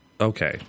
okay